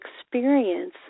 experience